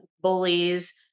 bullies